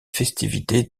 festivités